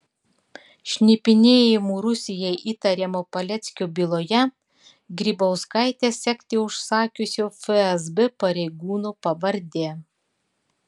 šnipinėjimu rusijai įtariamo paleckio byloje grybauskaitę sekti užsakiusio fsb pareigūno pavardė